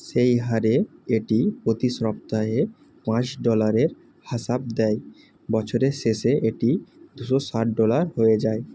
সেই হারে এটি প্রতি সপ্তাহে পাঁচ ডলারের হিসাব দেয় বছরের শেষে এটি দুশো ষাট ডলার হয়ে যায়